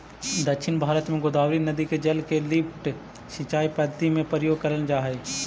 दक्षिण भारत में गोदावरी नदी के जल के लिफ्ट सिंचाई पद्धति में प्रयोग करल जाऽ हई